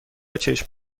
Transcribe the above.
چشم